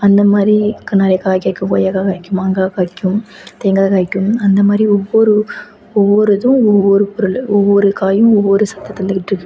அந்த மாதிரி நிறைய காய் காய்க்கும் கொய்யாக்காய் காய்க்கும் மாங்காய் காய்க்கும் தேங்காய் காய்க்கும் அந்த மாதிரி ஒவ்வொரு ஒவ்வொரு இதுவும் ஒவ்வொரு பொருளில் ஒவ்வொரு காயும் ஒவ்வொரு சத்தை தந்துக்கிட்டுருக்கு